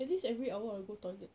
at least every hour I'll go toilet